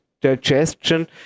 digestion